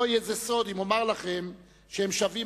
לא יהיה זה סוד אם אומר לכם שהם שבים